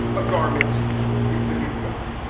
a garment is the new gun.